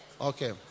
Okay